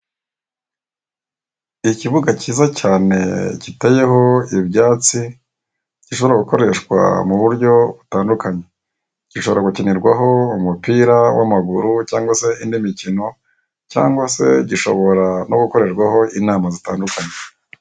Ikibuga cyiza cyane giteyeho ibyatsi gishobora gukoreshwa mu buryo butandukanye gishobora gukinirwaho umupira w'amaguru cyangwa se indi mikino, cyangwa se gishobora no gukorerwaho inama zitandukanye.